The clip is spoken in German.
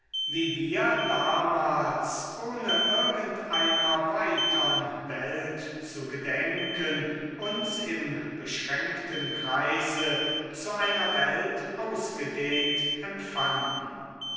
wie wir damals ohne irgend einer weitern welt zu gedenken uns im beschränkten kreise zu einer welt ausgedehnt empfanden